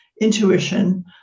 intuition